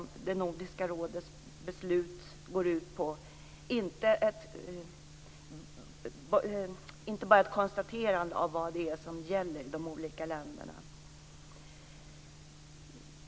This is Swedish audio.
Det är detta som Nordiska rådets beslut går ut på och inte bara ett konstaterande av vad det är som gäller i de olika länderna.